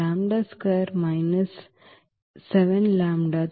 lambda square minus ಈ 7 lambda